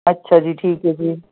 ਅੱਛਾ ਜੀ ਠੀਕ ਹੈ ਜੀ